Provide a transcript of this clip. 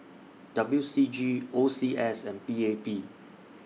W C G O C S and P A P